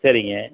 சரிங்க